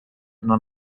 non